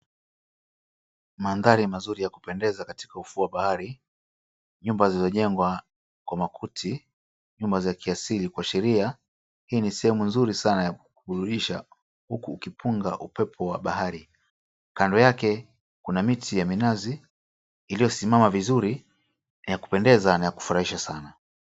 Mandhari mazuri ya kupendeza katika ufuo wa bahari, nyumba zilizojengwa kwa makuti, nyumba za kiasili kuashiria hii ni sehemu nzuri sana ya kujiburudisha huku ukipunga upepo wa bahari. Kando yake kuna miti ya minazi iliosimama vizuri ya kupendeza na ya kufurahisha sana.